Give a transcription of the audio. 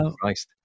Christ